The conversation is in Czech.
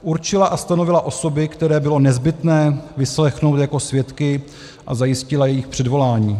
Určila a stanovila osoby, které bylo nezbytné vyslechnout jako svědky, a zajistila jejich předvolání.